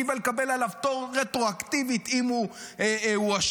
ולקבל עליו פטור רטרואקטיבית אם הוא הואשם.